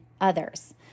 others